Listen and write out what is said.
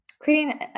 creating